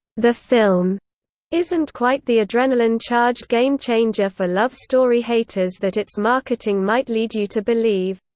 the film isn't quite the adrenaline-charged game-changer for love story haters that its marketing might lead you to believe.